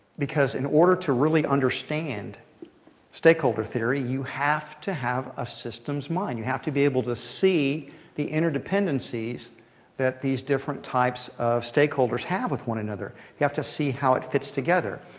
because in order to really understand stakeholder theory, you have to have a systems mind. you have to be able to see the interdependencies that these different types of stakeholders have with one another. you have to see how it fits together.